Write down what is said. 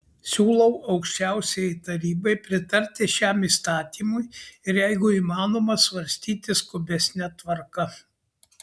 siūlau aukščiausiajai tarybai pritarti šiam įstatymui ir jeigu įmanoma svarstyti skubesne tvarka